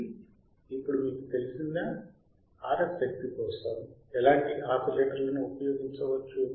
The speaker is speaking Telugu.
కాబట్టి ఇప్పుడు మీకు తెలిసిందా RF శక్తి కోసం ఎలాంటి ఆసిలేటర్లను ఉపయోగించవచ్చు